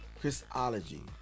Christology